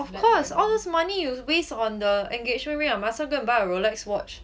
of course all money this money you waste on the engagement ring I might as well go and buy a rolex watch